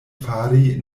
fari